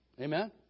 Amen